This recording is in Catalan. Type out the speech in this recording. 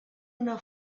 una